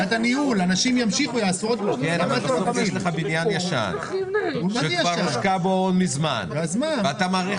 יש לך בניין ישן שכבר מזמן הושקע בו ואתה מאריך